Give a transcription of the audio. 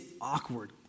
awkward